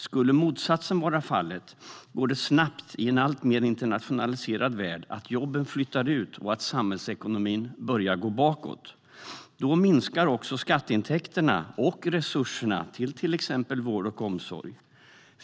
Skulle motsatsen vara fallet går det i en alltmer internationaliserad värld snabbt för jobben att flytta ut och för samhällsekonomin att börja gå bakåt. Då minskar också skatteintäkterna och resurserna till exempelvis vård och omsorg.